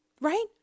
Right